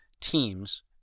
teams